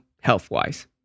health-wise